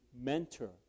mentor